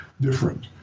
different